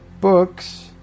books